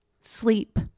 Sleep